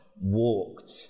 walked